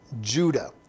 Judah